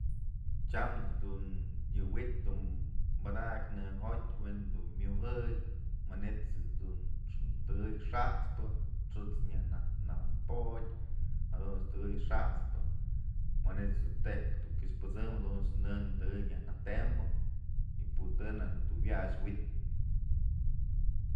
Tyamch dun wi'it dun padakyë nëjotyë we'en dun myujëk manyt's dun tëkeÿ xat'spë xët's nyaj nëpotyë jadunt's tëkëy xat'spë manyt's dun tek dun kyëx pësëmnë jadunch në tëkënyë yaj natëmbë y po ti'i najk dun wyach wi'it.